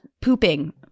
pooping